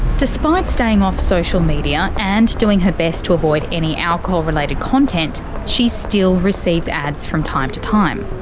despite staying off social media and doing her best to avoid any alcohol related content, she still receives ads from time to time.